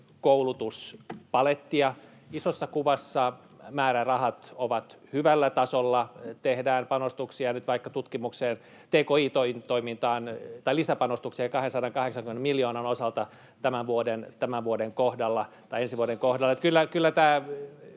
koulutuspalettiamme. Isossa kuvassa määrärahat ovat hyvällä tasolla, tehdään lisäpanostuksia nyt vaikka tutkimukseen, tki-toimintaan, 280 miljoonan osalta ensi vuoden kohdalla. [Timo Harakan välihuuto] Kyllä nämä